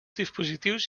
dispositius